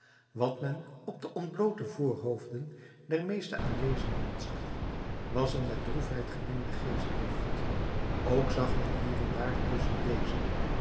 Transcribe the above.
wat men op de ontbloote voorhoofden der meeste aanwezenden zag was een met droefheid gemengde geestdrift ook zag men hier en daar tusschen deze